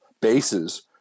bases